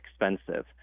expensive